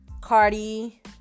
Cardi